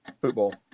Football